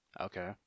Okay